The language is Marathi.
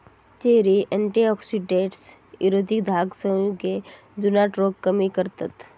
चेरी अँटीऑक्सिडंट्स, विरोधी दाहक संयुगे, जुनाट रोग कमी करतत